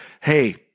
hey